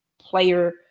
player